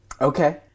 Okay